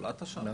נולדת שם?